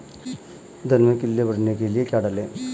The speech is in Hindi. धान में कल्ले बढ़ाने के लिए क्या डालें?